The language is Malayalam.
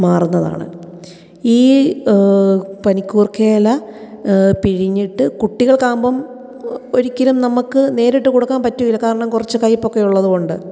മാറുന്നതാണ് ഈ പനിക്കൂർക ഇല പിഴിഞ്ഞിട്ട് കുട്ടികൾക്കാകുമ്പം ഒരിക്കലും നമുക്ക് നേരിട്ട് കൊടുക്കാൻ പറ്റില്ല കാരണം കുറച്ചു കയ്പ്പൊക്കെ ഉള്ളതുകൊണ്ട്